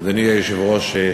אדוני היושב-ראש,